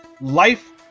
life